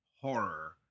horror